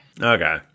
Okay